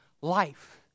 life